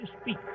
speak